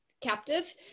captive